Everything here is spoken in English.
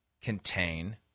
contain